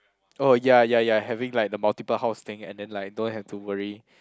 oh ya ya ya having like the multiple house thing and then like don't have to worry